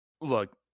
look